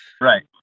right